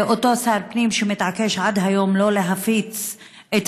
אותו שר פנים שמתעקש עד היום שלא להפיץ את